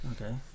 Okay